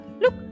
look